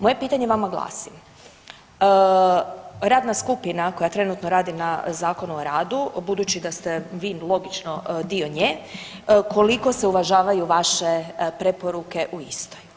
Moje pitanje vama glasi, radna skupina koja trenutno radi na Zakonu o radu, budući da ste vi logično dio nje, koliko se uvažavaju vaše preporuke u istoj?